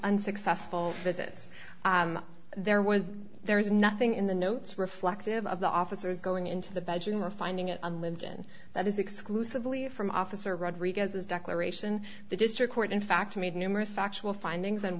unsuccessful visits there was there is nothing in the notes reflective of the officers going into the bedroom or finding it on linton that is exclusively from officer rodriguez's declaration the district court in fact made numerous factual findings and